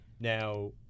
Now